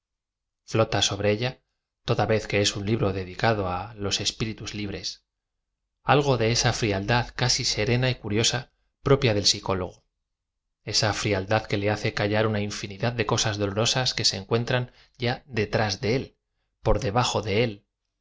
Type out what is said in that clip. flota sobre ella toda v e z que es un libro dedicado á los espíritus li bres algo de esa frialdad casi serena y curiosa pro pía del psicólogo esa frialdad que le hace calla r una inñnidad de cosas dolorosas que se encuentran y a de iráe de él p o r debajo de él